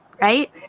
Right